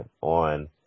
on